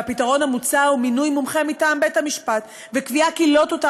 והפתרון המוצע הוא מינוי מומחה מטעם בית-המשפט וקביעה כי לא תותר